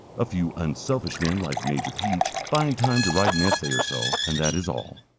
a few unselfish men like major peech find time to write an essay or so, and that is all.